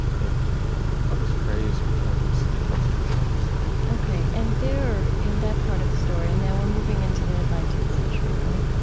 that this phrase becomes a constitutional principle okay. and there, in that part of the story and now we're moving into the nineteenth century, right?